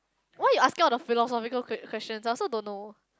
why you asking all the philosophical que~ question I also don't know